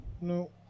No